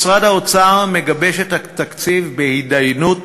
משרד האוצר מגבש את התקציב בהידיינות